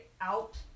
out